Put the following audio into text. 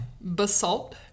basalt